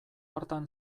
hartan